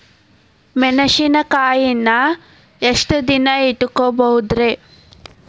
ಮೆಣಸಿನಕಾಯಿನಾ ಎಷ್ಟ ದಿನ ಇಟ್ಕೋಬೊದ್ರೇ?